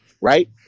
right